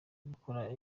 ugukora